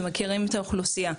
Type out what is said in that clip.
שמכירים את האוכלוסייה.